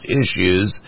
issues